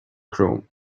chrome